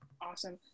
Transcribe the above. Awesome